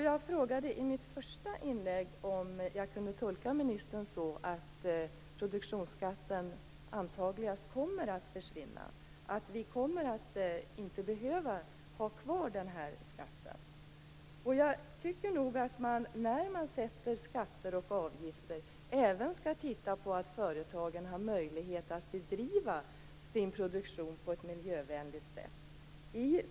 Jag frågade i mitt första inlägg om jag kunde tolka ministern så att produktionsskatten antagligen kommer att försvinna, att vi inte kommer att behöva ha kvar skatten. Jag tycker nog att man, när man sätter skatter och avgifter, även skall titta på att företagen har möjlighet att bedriva sin produktion på ett miljövänligt sätt.